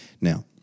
Now